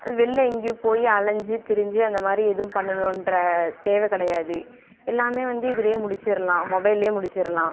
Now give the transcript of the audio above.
வெளில எங்கேயும் போய் அலைஞ்சி திரிஞ்சி அந்த மாதிரி எதுவும் பண்ணணுன்ற தேவை கடையாது எல்லாமே வந்து இதுல முடிச்சிரலாம் மொபைல்ல முடிச்சிரலாம்